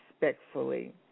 respectfully